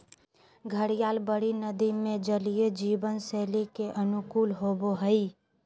घड़ियाल बड़ी नदि में जलीय जीवन शैली के अनुकूल होबो हइ